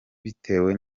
bitewe